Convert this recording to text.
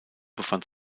befand